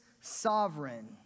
sovereign